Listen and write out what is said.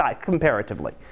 comparatively